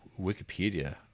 Wikipedia